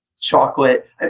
chocolate